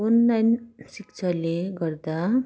online शिक्षाले गर्दा